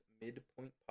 Midpoint